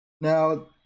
now